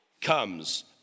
comes